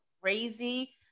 crazy